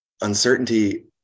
uncertainty